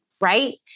Right